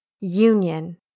Union